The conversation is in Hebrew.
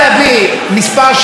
אבל לא עלה בידנו,